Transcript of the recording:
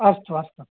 अस्तु अस्तु